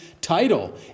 title